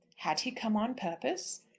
had he come on purpose?